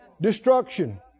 destruction